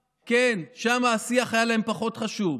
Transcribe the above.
כן, שם השיח היה להם פחות חשוב,